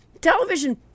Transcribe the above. Television